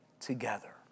together